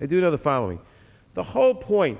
it due to the following the whole point